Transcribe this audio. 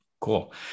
cool